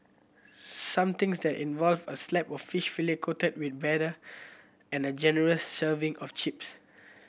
something that involve a slab of fish fillet coated with batter and a generous serving of chips